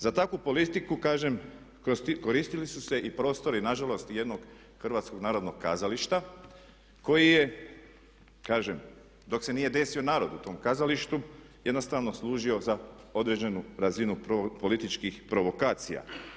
Za takvu politiku kažem koristili su se i prostori nažalost jednog Hrvatskog narodnog kazališta koje je kažem dok se nije desio narod u tom kazalištu jednostavno služio za određenu razinu političkih provokacija.